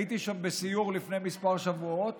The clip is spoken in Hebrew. הייתי שם בסיור לפני כמה שבועות